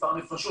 מספר נפשות.